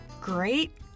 great